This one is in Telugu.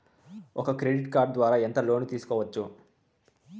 ఒక క్రెడిట్ కార్డు ద్వారా ఎంత లోను తీసుకోవచ్చు?